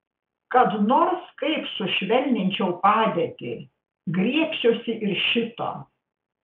kad nors kaip sušvelninčiau padėtį griebsiuosi ir šito